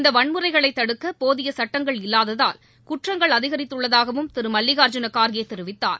இந்த வன்முறைகளைத் தடுக்க போதிய சுட்டங்கள் இல்லாததால் குற்றங்கள் அதிகரித்துள்ளதாகவும் திரு மல்லிகார்ஜூன கார்கே தெரிவித்தார்